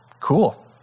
cool